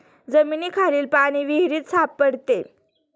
जमिनीखालील पाणी विहिरीत सापडते